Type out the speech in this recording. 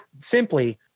simply